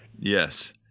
Yes